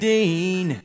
Dean